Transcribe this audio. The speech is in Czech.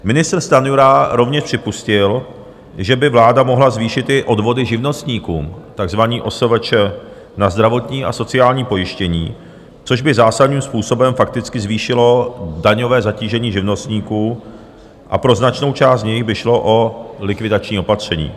Ministr Stanjura rovněž připustil, že by vláda mohla zvýšit i odvody živnostníkům, takzvaným OSVČ, na zdravotní a sociální pojištění, což by zásadním způsobem fakticky zvýšilo daňové zatížení živnostníků a pro značnou část z nich by šlo o likvidační opatření.